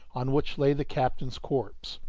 on which lay the captain's corpse,